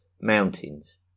mountains